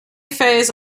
phase